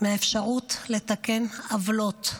מהאפשרות לתקן עוולות.